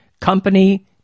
company